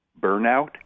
burnout